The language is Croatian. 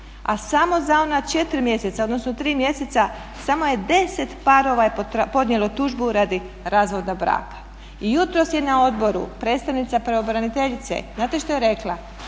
a samo za ona 4 mjeseca odnosno 3 mjeseca samo je 10 parova podnijelo tužbu radi razvoda braka. I jutros je na odboru predstavnica pravobraniteljice znate što je rekla?